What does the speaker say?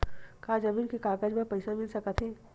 का जमीन के कागज म पईसा मिल सकत हे?